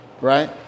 right